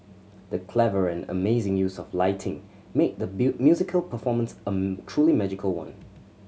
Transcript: the clever and amazing use of lighting made the musical performance truly magical one